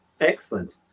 Excellent